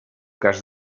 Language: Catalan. cas